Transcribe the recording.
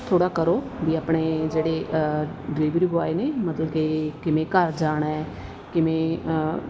ਥੋੜ੍ਹਾ ਕਰੋ ਵੀ ਆਪਣੇ ਜਿਹੜੇ ਡਿਲੀਵਰੀ ਬੋਏ ਨੇ ਮਤਲਬ ਕਿ ਕਿਵੇਂ ਘਰ ਜਾਣਾ ਕਿਵੇਂ